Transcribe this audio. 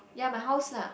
ya my house lah